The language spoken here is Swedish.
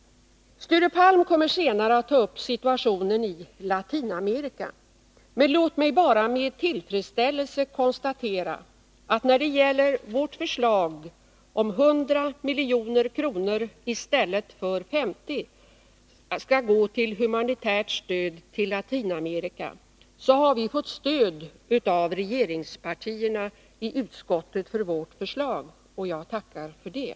Sture Palm kommer senare att ta upp situationen i Latinamerika, men låt mig bara med tillfredsställelse konstatera att vårt förslag att 100 milj.kr. —i stället för 50 — skall gå till humanitärt stöd till Latinamerika har fått stöd av regeringspartierna i utskottet. Jag tackar för det!